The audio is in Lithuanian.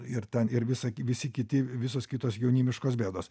ir ten ir visa visi kiti visos kitos jaunimiškos bėdos